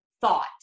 thought